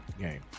game